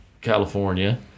California